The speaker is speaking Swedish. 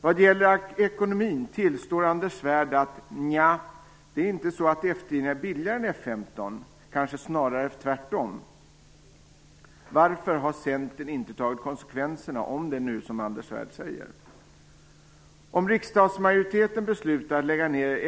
Vad gäller ekonomin tillstår Anders Svärd att F 10 inte är billigare än F 15, utan kanske snarare tvärtom. Varför har Centern inte tagit konsekvenserna, om det nu är som Anders Svärd säger?